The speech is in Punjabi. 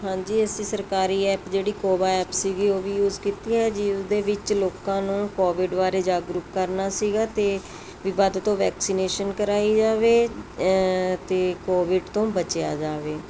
ਹਾਂਜੀ ਅਸੀਂ ਸਰਕਾਰੀ ਐਪ ਜਿਹੜੀ ਕੋਵਾ ਐਪ ਸੀ ਉਹ ਵੀ ਯੂਜ਼ ਕੀਤੀ ਹੈ ਜੀ ਉਹਦੇ ਵਿੱਚ ਲੋਕਾਂ ਨੂੰ ਕੋਵਿਡ ਬਾਰੇ ਜਾਗਰੂਕ ਕਰਨਾ ਸੀ ਅਤੇ ਵੱਧ ਤੋਂ ਵੱਧ ਵੈਕਸੀਨੇਸ਼ਨ ਕਰਾਈ ਜਾਵੇ ਅਤੇ ਕੋਵਿਡ ਤੋਂ ਬਚਿਆ ਜਾਵੇ